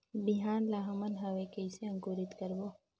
बिहान ला हमन हवे कइसे अंकुरित करबो?